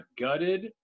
gutted